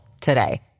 today